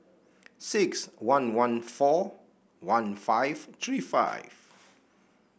six one one four one five three five